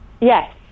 Yes